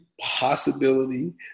possibility